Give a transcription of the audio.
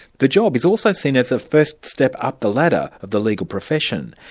the job is also seen as a first step up the ladder of the legal profession,